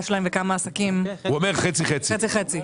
שלהם וכמה עסקים --- הוא אומר חצי חצי,